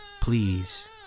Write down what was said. Please